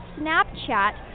Snapchat